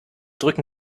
drücken